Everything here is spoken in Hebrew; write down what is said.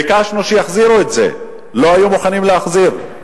ביקשנו שיחזירו את זה, ולא היו מוכנים להחזיר.